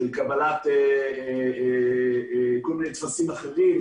של קבלת טפסים אחרים,